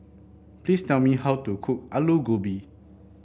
please tell me how to cook Aloo Gobi